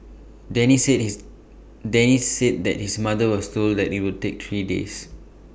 Denny said his Danny said that his mother was told that IT would take three days